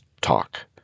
talk